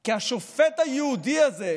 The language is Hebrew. כי השופט היהודי הזה,